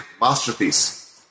masterpiece